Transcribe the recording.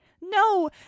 no